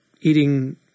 eating